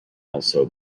also